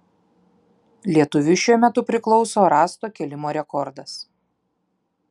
lietuviui šiuo metu priklauso rąsto kėlimo rekordas